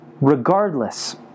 regardless